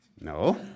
No